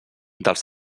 dels